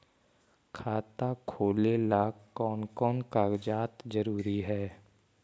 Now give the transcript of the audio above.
खाता खोलें ला कोन कोन कागजात जरूरी है?